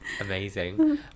Amazing